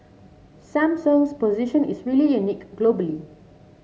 Samsung's position is really unique globally